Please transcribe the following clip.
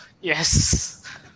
Yes